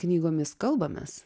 knygomis kalbamės